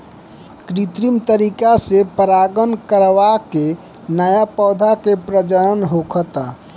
कृत्रिम तरीका से परागण करवा के न्या पौधा के प्रजनन होखता